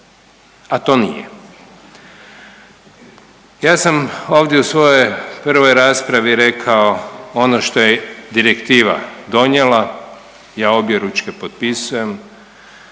a to nije. Ja sam ovdje u svojoj prvoj raspravi rekao, ono što je direktiva donijela ja obje ručke potpisujem.